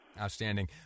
Outstanding